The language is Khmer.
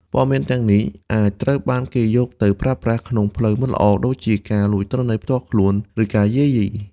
ព័ត៌មានទាំងនោះអាចត្រូវបានគេយកទៅប្រើប្រាស់ក្នុងផ្លូវមិនល្អ ដូចជាការលួចទិន្នន័យផ្ទាល់ខ្លួន ឬការយាយី។